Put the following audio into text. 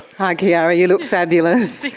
hi kiara, you look fabulous.